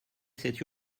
cette